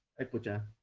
aperture